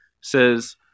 Says